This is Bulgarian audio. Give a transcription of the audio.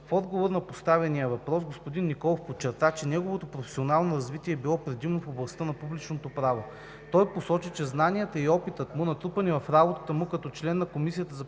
В отговор на поставения въпрос господин Николов подчерта, че неговото професионално развитие е било предимно в областта на публичното право. Той посочи, че знанията и опитът му, натрупани в работата му като член на Комисията за предотвратяване